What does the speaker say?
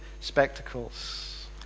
spectacles